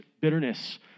bitterness